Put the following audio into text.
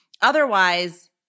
Otherwise